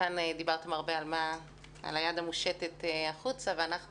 כאן דיברתם הרבה על היד המושטת החוצה, ואנחנו